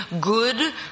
good